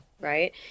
right